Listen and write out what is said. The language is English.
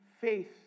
Faith